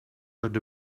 got